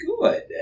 good